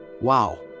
wow